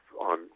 on